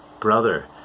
brother